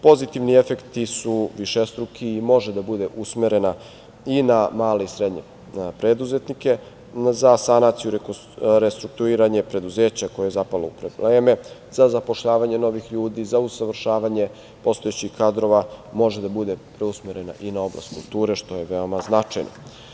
Pozitivni efekti su višestruki i može da bude usmerena i na male i srednje preduzetnike, za sanaciju, restrukturiranje preduzeća koje je zapalo u probleme, za zapošljavanje novih ljudi, za usavršavanje postojećih kadrova, može da bude usmerena i na oblast kulture, što je veoma značajno.